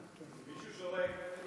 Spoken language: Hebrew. מישהו שורק.